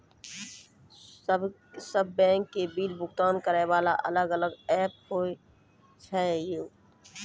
सब बैंक के बिल भुगतान करे वाला अलग अलग ऐप्स होय छै यो?